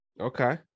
okay